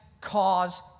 cause